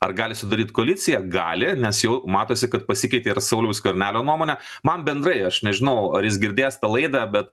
ar gali sudaryt koaliciją gali nes jau matosi kad pasikeitė ir sauliaus skvernelio nuomonė man bendrai aš nežinau ar jis girdės tą laidą bet